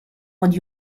would